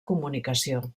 comunicació